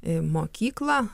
į mokyklą